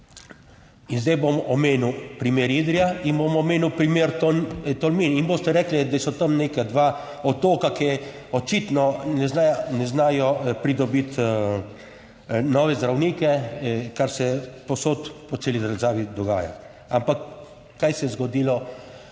in zdaj bom omenil primer Idrija in bom omenil primer Tolmin in boste rekli, da so tam neka dva otoka, ki očitno ne znajo pridobiti nove zdravnike, kar se povsod, po celi državi dogaja. Ampak kaj se je zgodilo